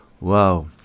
Wow